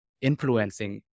influencing